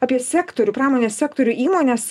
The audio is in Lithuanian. apie sektorių pramonės sektorių įmones